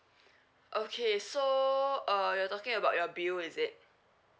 okay so err you're talking about your bill is it